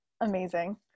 amazing